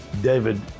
David